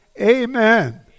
Amen